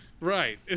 Right